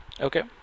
Okay